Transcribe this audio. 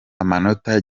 amanota